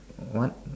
what